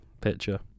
picture